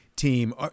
team